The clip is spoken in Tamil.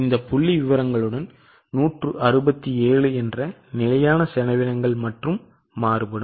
இந்த புள்ளிவிவரங்கள் 167 என்ற நிலையான செலவினங்கள் மட்டும் மாறுபடும்